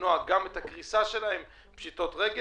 למנוע גם את הקריסה שלהם ופשיטות רגל.